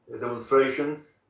demonstrations